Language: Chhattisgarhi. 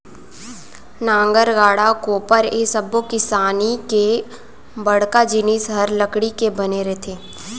नांगर, गाड़ा, कोपर ए सब्बो किसानी के बड़का जिनिस हर लकड़ी के बने रथे